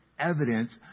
evidence